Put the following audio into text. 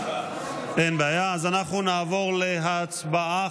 אז אנחנו נעבור להצבעה.